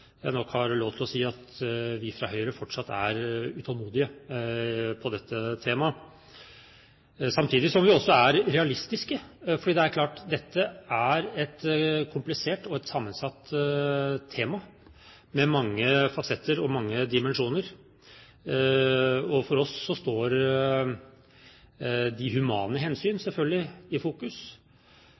jeg nok må få lov til å si at vi fra Høyre fortsatt er utålmodige når det gjelder dette temaet. Samtidig er vi også realistiske, fordi det er klart at dette er et komplisert og sammensatt tema, med mange fasetter og mange dimensjoner. For oss står selvfølgelig de humane hensyn i fokus,